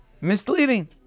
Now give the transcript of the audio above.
misleading